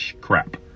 crap